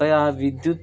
तया विद्युत्